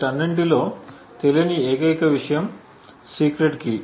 వీటన్నిటిలో తెలియని ఏకైక విషయం సీక్రెట్ కీ